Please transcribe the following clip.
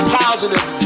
positive